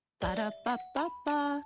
Ba-da-ba-ba-ba